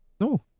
No